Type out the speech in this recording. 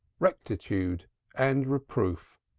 rectitude and reproof